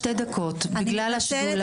שתי דקות, בגלל השדולה.